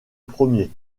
premier